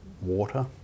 water